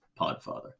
Podfather